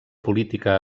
política